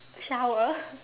shower